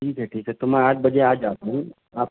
ٹھیک ہے ٹھیک ہے تو میں آٹھ بجے آ جاتا ہوں آپ